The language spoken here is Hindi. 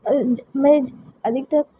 और मैं अधिकतर